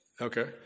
Okay